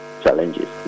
challenges